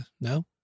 No